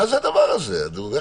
אדוני,